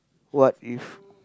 what if